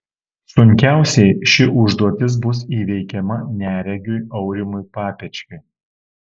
sunkiausiai ši užduotis bus įveikiama neregiui aurimui papečkiui